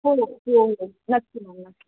हो हो हो नक्की मॅम नक्की